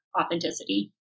authenticity